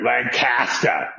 Lancaster